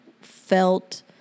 felt